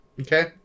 Okay